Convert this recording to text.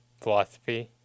philosophy